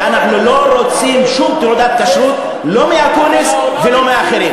איפה היו המוסלמים במאה החמישית?